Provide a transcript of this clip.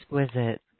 exquisite